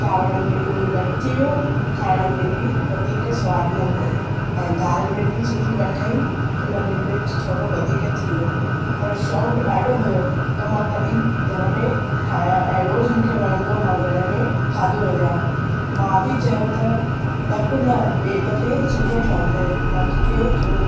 चांवरनि में लूणु घटि थी वियो खाइण में बि वधीक सवादु न हुओ ऐं दालि में बि सुठी न ठही हुन में मिर्चु थोरो वधीक थी वियो पर शौक़ु ॾाढो हुओ त मां कॾहिं घर में ठाहियां ऐं रोज़ु मूंखे वणंदो मां घर में खाधो रधिया मां बि चयो त ॾकु न ॿिए दफ़े सुठो ठहंदो मां तोखे थोरो